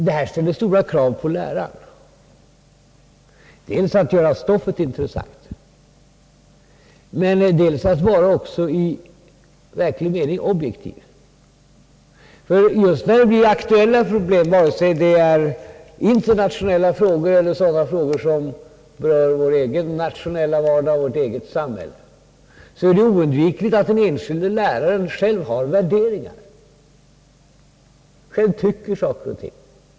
Detta ställer stora krav på läraren, dels att göra stoffet intressant och dels att vara i verklig mening objektiv. Just när det är fråga om aktuella problem, vare sig det är internationella frågor eller sådana frågor som rör vår egen nationella vardag och vårt eget samhälle, är det oundvikligt att den enskilde läraren själv gör värderingar, själv tycker saker och ting.